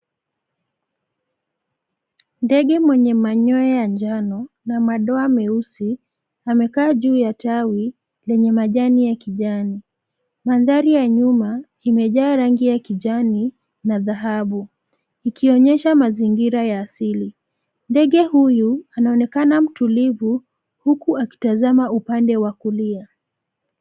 Ndege mwenye manyoa ya njano na madoa meusi amekaa juu ya tawi lenye majani ya kijani. Mandhari ya nyuma, imejaa rangi ya kijani na dhahabu ikionyesha mazingira ya asili. Ndege huyu anaonekana mtulivu huku akitazama upande wa kulia.